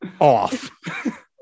off